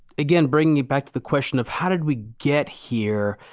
again, bringing it back to the question of how did we get here?